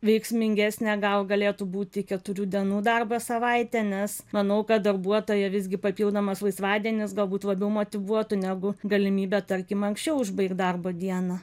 veiksmingesnę gal galėtų būti keturių dienų darbo savaitę nes manau kad darbuotoją visgi papildomas laisvadienis galbūt labiau motyvuotų negu galimybė tarkim anksčiau užbaigt darbo dieną